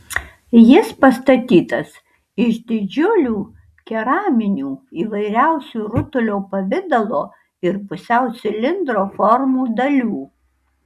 jis pastatytas iš didžiulių keraminių įvairiausių rutulio pavidalo ir pusiau cilindro formų dalių